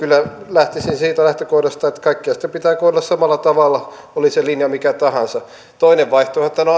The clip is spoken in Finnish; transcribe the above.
lähtisin siitä lähtökohdasta että kaikkia sitten pitää kohdella samalla tavalla oli se linja mikä tahansa toinen vaihtoehtohan